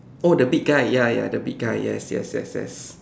oh the big guy ya ya the big guy yes yes yes yes